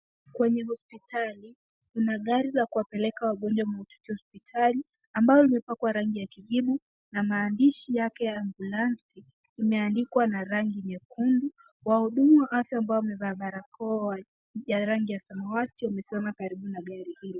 Kwenye hospitali, kuna gari la kuwapeleka wagonjwa mahututi hospitali ambalo limepakwa rangi ya kijivu na maandishi yake ya ambyulansi imeandikwa na rangi nyekundu. Wahudumu wa afya ambao wamevaa barakoa ya rangi ya samawati wamesimama karibu na gari hilo.